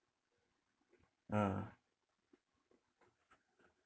ah